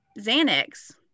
Xanax